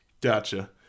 Gotcha